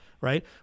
right